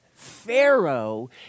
Pharaoh